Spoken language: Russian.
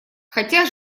хотя